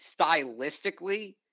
stylistically